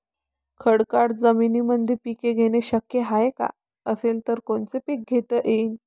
खडकाळ जमीनीमंदी पिके घेणे शक्य हाये का? असेल तर कोनचे पीक घेता येईन?